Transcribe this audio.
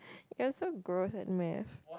you are so gross at math